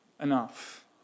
enough